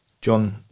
John